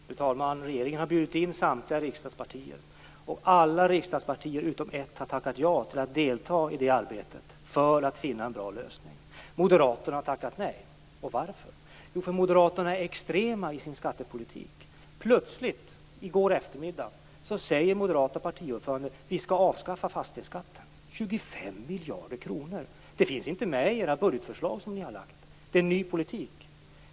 Fru talman! Regeringen har bjudit in samtliga riksdagspartier. Alla riksdagspartier utom ett har tackat ja till att delta i arbetet att finna en bra lösning. Moderaterna har tackat nej. Varför? Jo, för att Moderaterna är extrema i sin skattepolitik. Plötsligt, i går eftermiddag, sade den moderata partiordföranden att fastighetsskatten skall avskaffas. 25 miljarder kronor! Det finns inte med i det budgetförslag ni har lagt fram. Det är en ny politik.